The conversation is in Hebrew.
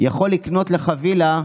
יכול לקנות לך וילה,